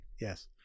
yes